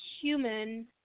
human